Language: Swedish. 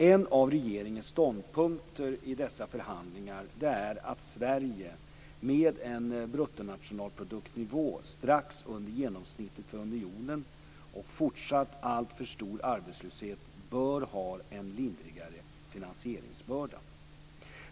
En av regeringens ståndpunkter i dessa förhandlingar är att Sverige, med en nivå på bruttonationalprodukten strax under genomsnittet för unionen och fortsatt alltför stor arbetslöshet, bör ha en lindrigare finansieringsbörda.